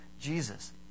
Jesus